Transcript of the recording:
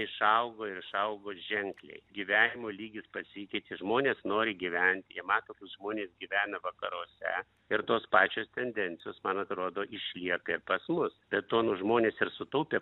išaugo ir išaugo ženkliai gyvenimo lygis pasikeitė žmonės nori gyvent jie mato kaip žmonės gyvena vakaruose ir tos pačios tendencijos man atrodo išlieka ir pas mus be to nu žmonės ir sutaupė